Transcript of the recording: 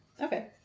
Okay